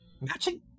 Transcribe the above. matching